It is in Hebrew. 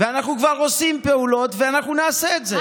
ואנחנו כבר עושים פעולות, ואנחנו נעשה את זה.